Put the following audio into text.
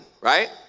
Right